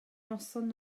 noson